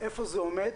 איפה זה עומד,